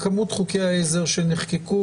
ממשרד הפנים עו"ד שחר פרלמוטר,